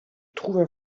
trouvent